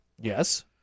Yes